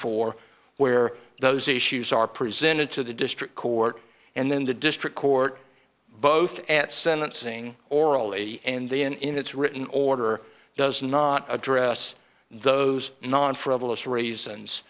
four where those issues are presented to the district court and then the district court both at sentencing orally and then in its written order does not address those non frivolous raisins